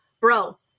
bro